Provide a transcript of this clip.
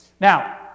Now